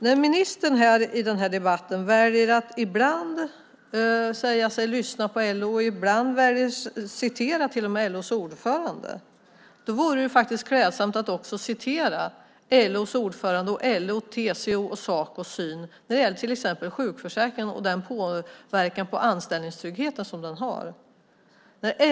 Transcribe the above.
När ministern i den här debatten väljer att ibland säga sig lyssna på LO och ibland till och med väljer att citera LO:s ordförande vore det faktiskt klädsamt att också ta upp LO:s ordförandes, LO:s, TCO:s och Sacos syn på till exempel sjukförsäkringen och den påverkan på anställningstryggheten som den har.